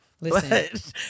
Listen